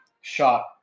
shot